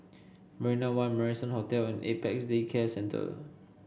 Marina One Marrison Hotel and Apex Day Care Centre